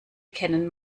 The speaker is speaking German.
kennen